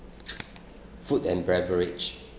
food and beverage